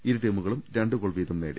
ഇരുടീമുകളും രണ്ട് ഗോൾ വീതം നേടി